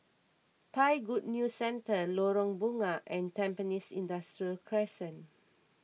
Thai Good News Centre Lorong Bunga and Tampines Industrial Crescent